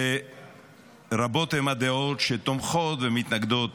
שרבות הן הדעות שתומכות ומתנגדות,